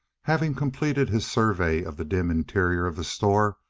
having completed his survey of the dim interior of the store,